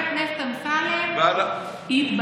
אני, ואללה, חבר הכנסת אמסלם, התבלבלת.